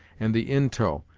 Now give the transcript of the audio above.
and the intoe,